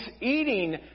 eating